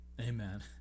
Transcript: Amen